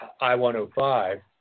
I-105